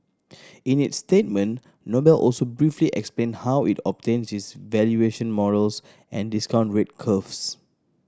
in its statement Noble also briefly explained how it obtains its valuation models and discount rate curves